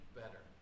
better